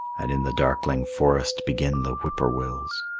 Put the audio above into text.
and in the darkling forest begin the whip-poor-wills.